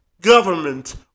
government